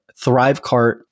Thrivecart